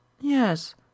Yes